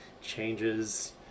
changes